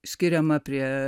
skiriama prie